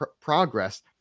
progress